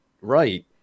right